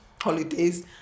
holidays